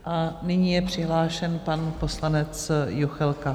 A nyní je přihlášen pan poslanec Juchelka.